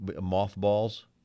Mothballs